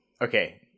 Okay